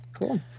Cool